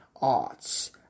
arts